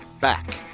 back